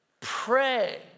pray